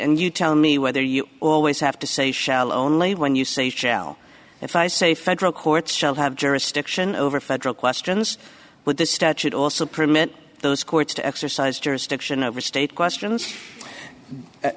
and you tell me whether you always have to say shall only when you say shell if i say federal courts shall have jurisdiction over federal questions but the statute also permit those courts to exercise jurisdiction over state questions